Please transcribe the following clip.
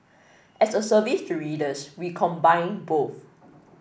as a service to readers we combine both